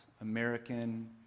American